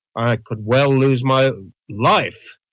i could well lose my life.